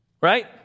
right